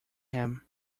him